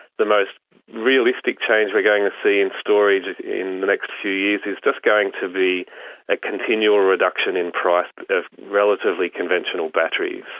the most realistic change we're going to see in storage in the next few years is just going to be a continual reduction in price of relatively conventional batteries.